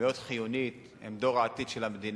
מאוד חיונית, הם דור העתיד של המדינה,